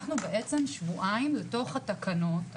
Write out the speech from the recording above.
אנחנו בעצם שבועיים לתוך התקנות האלה,